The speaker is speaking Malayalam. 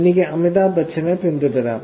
എനിക്ക് അമിതാഭ് ബച്ചനെ പിന്തുടരാം